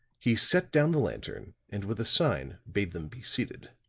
he set down the lantern and with a sign bade them be seated.